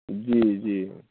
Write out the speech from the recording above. जी जी